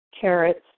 carrots